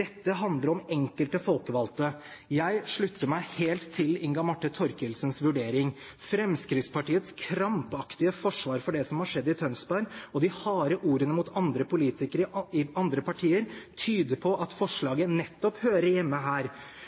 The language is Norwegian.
Dette handler om enkelte folkevalgte. Jeg slutter meg helt til Inga Marte Thorkildsens vurdering. Fremskrittspartiets krampaktige forsvar for det som har skjedd i Tønsberg, og de harde ordene mot politikere i andre partier, tyder på at forslaget nettopp hører hjemme her.